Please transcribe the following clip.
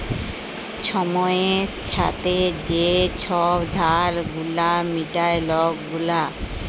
ছময়ের ছাথে যে ছব ধার গুলা মিটায় লক গুলা